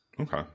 okay